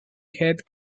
head